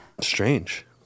Strange